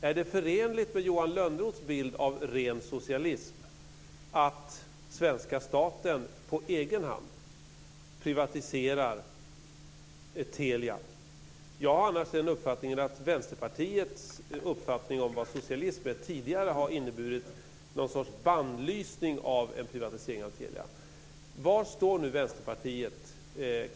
Är det förenligt med Johan Lönnroths bild av ren socialism att svenska staten på egen hand privatiserar Telia? Jag har annars den uppfattningen att Vänsterpartiets åsikt om vad socialism är tidigare har inneburit någon sorts bannlysning av en privatisering av Telia. Var står nu Vänsterpartiet?